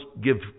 give